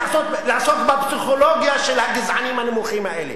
לעסוק בפסיכולוגיה של הגזענים הנמוכים האלה,